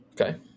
Okay